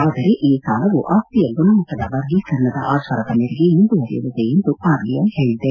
ಆದರೆ ಈ ಸಾಲವು ಆಸ್ತಿಯ ಗುಣಮಟ್ಟದ ವರ್ಗೀಕರಣದ ಆಧಾರದ ಮೇರೆಗೆ ಮುಂದುವರಿಯಲಿದೆ ಎಂದು ಆರ್ಬಿಐ ಹೇಳಿದೆ